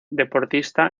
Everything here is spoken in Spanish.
deportista